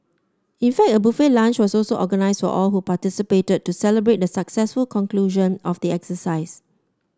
in fact a buffet lunch was also organised for all who participated to celebrate the successful conclusion of the exercise